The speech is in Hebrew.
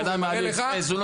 הוא קנה מעלי אקספרס.